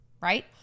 right